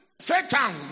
Satan